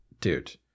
dude